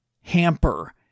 hamper